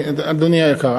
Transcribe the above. אדוני היקר,